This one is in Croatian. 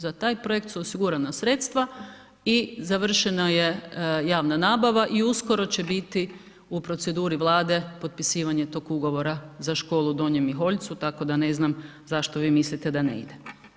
Za taj projekt su osigurana sredstva i završena je javna nabava i uskoro će biti u proceduri Vlade potpisivanje tog ugovora za školu u Donjem Miholjcu, tako da ne znam zašto vi mislite da ne ide.